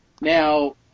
Now